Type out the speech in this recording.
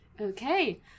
Okay